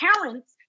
parents